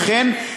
אכן,